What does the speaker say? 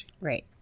Right